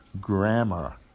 grammar